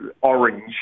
Orange